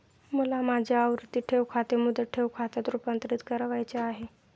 मला माझे आवर्ती ठेव खाते मुदत ठेव खात्यात रुपांतरीत करावयाचे आहे